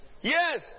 Yes